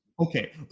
Okay